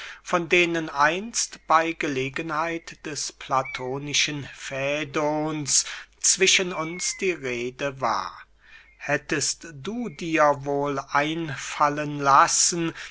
von denen einst bey gelegenheit des platonischen fädons zwischen uns die rede war hättest du dir wohl einfallen lassen